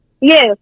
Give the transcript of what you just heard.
yes